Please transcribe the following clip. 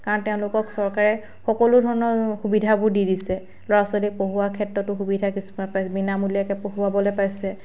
কাৰণ তেওঁলোকক চৰকাৰে সকলোধৰণৰ সুবিধাবোৰ দি দিছে ল'ৰা ছোৱালীক পঢ়ুৱাৰ ক্ষেত্ৰতো কিছুমান বিনামূলীয়াকৈ পঢ়ুৱাবলৈ পাইছে